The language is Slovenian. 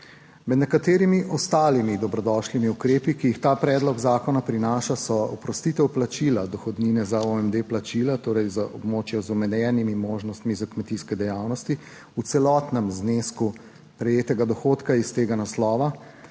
(Nadaljevanje) dobrodošlimi ukrepi, ki jih ta predlog zakona prinaša, so oprostitev plačila dohodnine za OMD plačila, torej za območja z omejenimi možnostmi za kmetijske dejavnosti v celotnem znesku prejetega dohodka iz tega naslova,